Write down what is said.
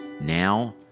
now